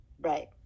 Right